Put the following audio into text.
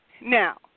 Now